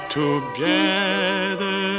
together